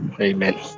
amen